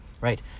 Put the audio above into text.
Right